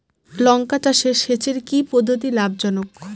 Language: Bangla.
লঙ্কা চাষে সেচের কি পদ্ধতি লাভ জনক?